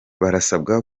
barasabwa